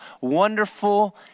Wonderful